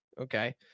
okay